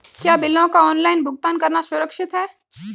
क्या बिलों का ऑनलाइन भुगतान करना सुरक्षित है?